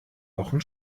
wochen